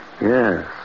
Yes